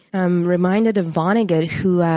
i'm reminded of vonnegut who,